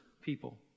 people